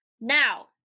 Now